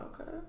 Okay